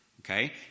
okay